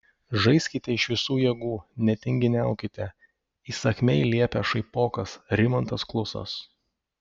žaiskite iš visų jėgų netinginiaukite įsakmiai liepia šaipokas rimantas klusas